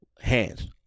hands